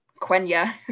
Quenya